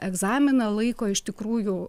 egzaminą laiko iš tikrųjų